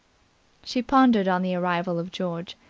she pondered on the arrival of george.